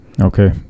Okay